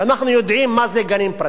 אנחנו יודעים מה זה גנים פרטיים.